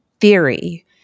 theory